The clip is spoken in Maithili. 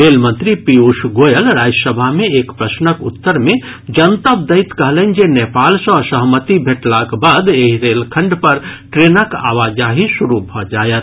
रेल मंत्री पीयूष गोयल राज्यसभा मे एक प्रश्नक उत्तर मे जनतब दैत कहलनि जे नेपाल सँ सहमति भेटलाक बाद एहि रेलखंड पर ट्रेनक आवाजाही शुरू भऽ जायत